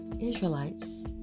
Israelites